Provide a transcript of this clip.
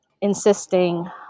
insisting